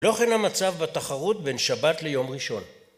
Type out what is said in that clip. לא כן המצב בתחרות בין שבת ליום ראשון